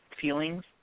feelings